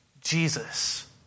Jesus